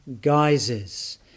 guises